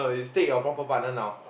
you state your proper partner now